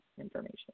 information